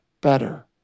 better